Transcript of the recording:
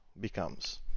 becomes